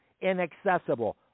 inaccessible